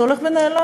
זה הולך ונעלם.